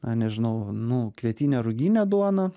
na nežinau nu kvietinę ruginę duoną